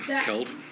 killed